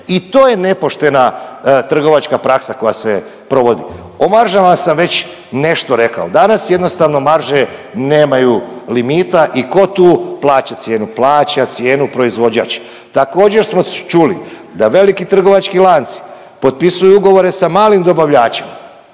i to je nepoštena trgovačka praksa koja se provodi. O maržama sam već nešto rekao. Danas jednostavno marže nemaju limita i tko tu plaća cijenu. Plaća cijenu proizvođač. Također smo čuli da veliki trgovački lanci potpisuju ugovore sa malim dobavljačima